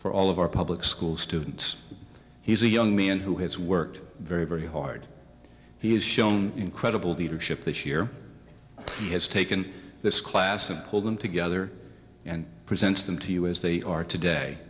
for all of our public school students he's a young man who has worked very very hard he has shown incredible leadership this year he has taken this class and pulled them together and presents them to you as they are today